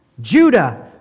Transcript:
Judah